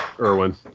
Irwin